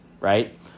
right